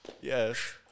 yes